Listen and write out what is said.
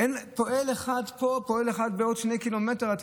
פועל אחד פה, פועל אחד בעוד שני קילומטרים.